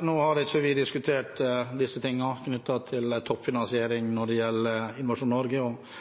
Vi har ikke diskutert disse tingene knyttet til toppfinansiering når det gjelder Innovasjon Norge. Det er næringsministeren som har ansvaret for Innovasjon Norge og